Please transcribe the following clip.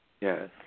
Yes